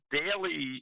daily